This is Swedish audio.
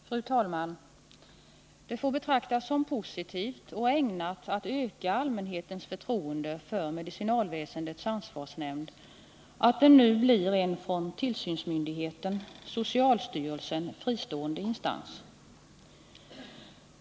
Fru talman! Det får betraktas som positivt och ägnat att öka allmänhetens förtroende för medicinalväsendets ansvarsnämnd att den nu blir en från tillsynsmyndigheten — socialstyrelsen — fristående instans.